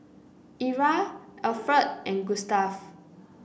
Era Alferd and Gustave